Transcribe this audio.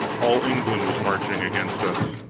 all england was marching against us!